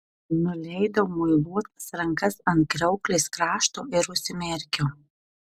nuleidau muiluotas rankas ant kriauklės krašto ir užsimerkiau